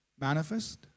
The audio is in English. manifest